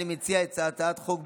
אני מציע את הצעת החוק,